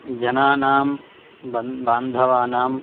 जनानां बान्धवानां